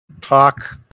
Talk